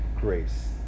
grace